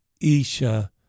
Isha